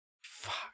Fuck